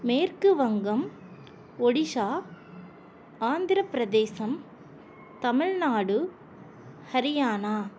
மேற்கு வங்கம் ஒடிசா ஆந்திரப்பிரதேசம் தமிழ்நாடு ஹரியானா